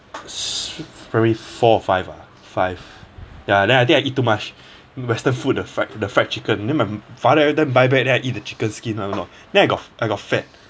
s~ primary four or five ah five ya then I think I eat too much western food the fried the fried chicken then my father every time buy back then I eat the chicken skin I don't know then I got I got fat